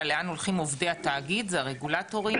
לאן הולכים עובדי התאגיד הם הרגולטורים.